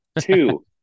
Two